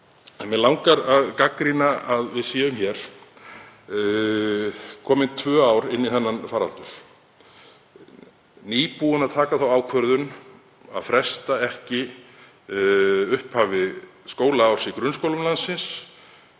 útúrdúr. Mig langar að gagnrýna að við séum hér komin tvö ár inn í þennan faraldur, nýbúin að taka þá ákvörðun að fresta ekki upphafi skólaárs í grunnskólum landsins